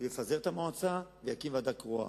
עליו לפזר את המועצה ולהקים ועדה קרואה.